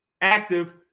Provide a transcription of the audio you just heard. active